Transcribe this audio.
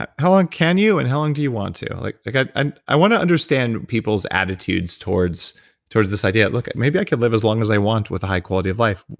how long can you, and how long do you want to? like like i um i wanna understand people's attitudes towards towards this idea of look, maybe i can live as long as i want with a high quality of life.